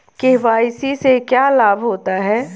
KYC से क्या लाभ होता है?